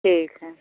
ठीक है